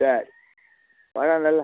சரி பழம் இல்லைல்ல